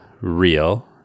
real